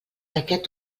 aquest